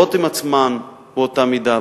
שמחמירות עם עצמן באותה מידה.